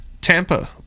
Tampa